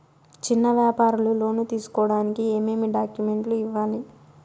చిన్న వ్యాపారులు లోను తీసుకోడానికి ఏమేమి డాక్యుమెంట్లు ఇవ్వాలి?